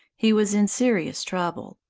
he was in serious trouble.